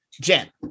Jen